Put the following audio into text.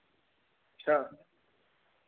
अच्छा